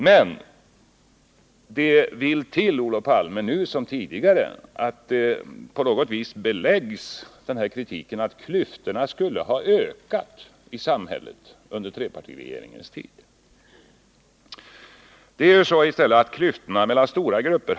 Men det vill till, Olof Palme — nu som tidigare — att den här kritiken för att klyftorna skulle ha ökat i samhället under trepartiregeringens tid på något vis beläggs. Det är i stället så att klyftorna har minskat mellan stora grupper.